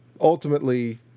ultimately